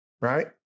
right